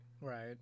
Right